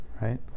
right